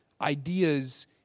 ideas